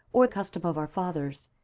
or customs of our fathers,